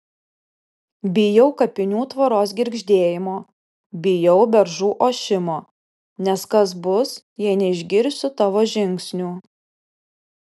bijau kapinių tvoros girgždėjimo bijau beržų ošimo nes kas bus jei neišgirsiu tavo žingsnių